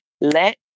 Let